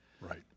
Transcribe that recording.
Right